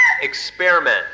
experiment